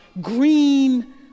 green